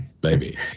Baby